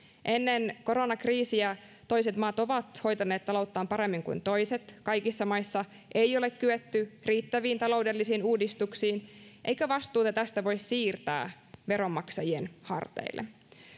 ennen koronakriisiä toiset maat ovat hoitaneet talouttaan paremmin kuin toiset kaikissa maissa ei ole kyetty riittäviin taloudellisiin uudistuksiin eikä vastuuta tästä voi siirtää veronmaksajien harteille